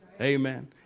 Amen